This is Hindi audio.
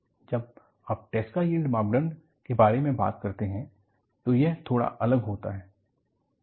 जब आप ट्रेस्का यील्ड मापदंड के बारे में बात करते हैं तो यह थोड़ा अलग होता है